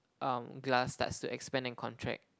um glass starts to expand and contract